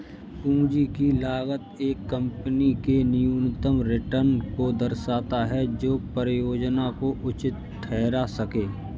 पूंजी की लागत एक कंपनी के न्यूनतम रिटर्न को दर्शाता है जो परियोजना को उचित ठहरा सकें